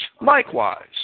Likewise